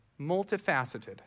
multifaceted